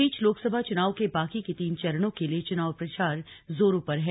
इस बीच लोकसभा चुनाव के बाकी के तीन चरणों के लिए चुनाव प्रचार जोरों पर है